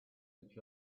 each